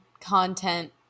content